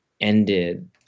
ended